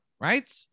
right